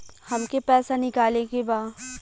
हमके पैसा निकाले के बा